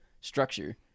structure